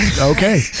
Okay